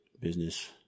business